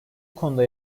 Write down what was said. konuda